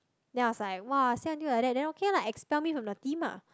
then I was like [wah] say until like that then okay lah expel me from your team lah